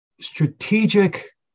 strategic